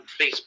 Facebook